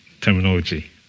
terminology